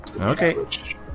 Okay